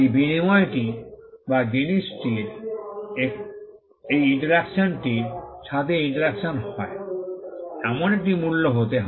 এই বিনিময়টি বা জিনিসটির এই ইন্টারঅ্যাকশনটির সাথে ইন্টারঅ্যাকশন হয় এমন একটি মূল্য হতে হয়